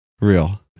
real